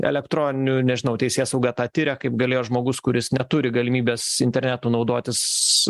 elektroninių nežinau teisėsauga tą tiria kaip galėjo žmogus kuris neturi galimybės internetu naudotis